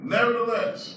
Nevertheless